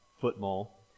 football